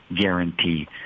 guarantee